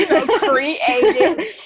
created